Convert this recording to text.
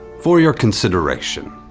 for your consideration,